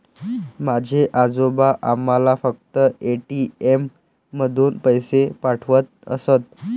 माझे आजोबा आम्हाला फक्त ए.टी.एम मधून पैसे पाठवत असत